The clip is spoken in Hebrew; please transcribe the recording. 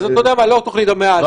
אז אתה יודע מה, לא תוכנית המאה.